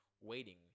waiting